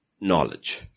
knowledge